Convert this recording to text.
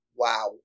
Wow